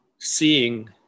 seeing